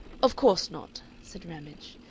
of course not, said ramage,